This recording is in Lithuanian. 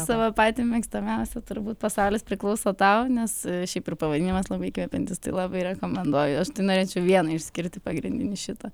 savo patį mėgstamiausią turbūt pasaulis priklauso tau nes šiaip ir pavadinimas labai įkvepiantis tai labai rekomenduoju aš tai norėčiau vieną išskirti pagrindinį šitą